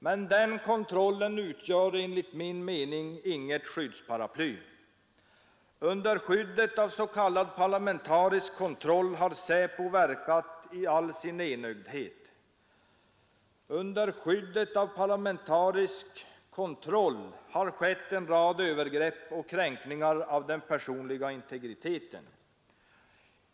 Men den kontrollen utgör enligt min mening inget skyddsparaply. Under skyddet av s.k. parlamentarisk kontroll har SÄPO verkat i all sin enögdhet. Under skyddet av parlamentarisk kontroll har skett en rad övergrepp och kränkningar av den personliga integriteten.